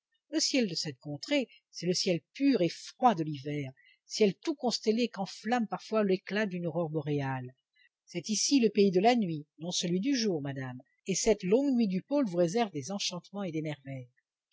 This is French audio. le ciel de cette contrée c'est le ciel pur et froid de l'hiver ciel tout constellé qu'enflamme parfois l'éclat d'une aurore boréale c'est ici le pays de la nuit non celui du jour madame et cette longue nuit du pôle vous réserve des enchantements et des merveilles